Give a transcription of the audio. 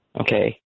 Okay